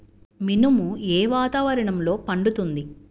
మినుము ఏ వాతావరణంలో పండుతుంది?